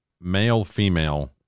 male-female